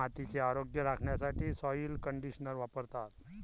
मातीचे आरोग्य राखण्यासाठी सॉइल कंडिशनर वापरतात